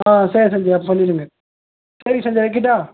ஆ சரி சஞ்ஜய் அப்போ பண்ணிடுங்க சரி சஞ்ஜய் வைக்கிட்டா